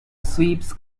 sweeps